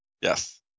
Yes